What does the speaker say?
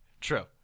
true